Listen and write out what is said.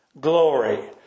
glory